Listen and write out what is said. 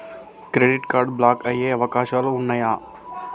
Credit card block అయ్యే అవకాశాలు ఉన్నయా?